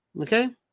Okay